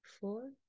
four